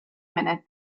minute